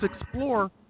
explore